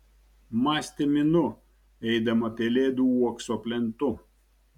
mąstė minu eidama pelėdų uokso plentu